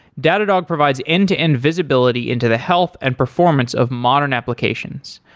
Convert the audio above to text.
datadog provides end-to-end visibility into the health and performance of modern applications.